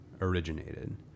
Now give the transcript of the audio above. originated